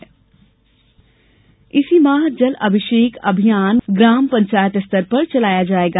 जलाभिषेक अभियान इसी माह जल अभिषेक अभियान ग्राम पंचायत स्तर पर चालाया जाएगा